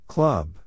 Club